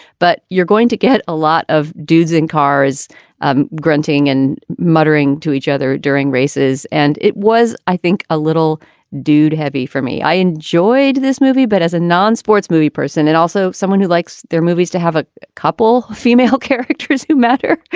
but you're going to get a lot of dudes in cars grunting and muttering to each other during races. and it was, i think, a little dude heavy for me. i enjoyed this movie. but as a non-sports movie person, it also someone who likes their movies to have a couple female characters who matter.